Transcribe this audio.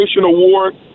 award